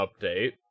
update